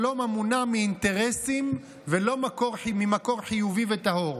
שלום המונע מאינטרסים ולא ממקור חיובי וטהור.